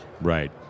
Right